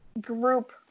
group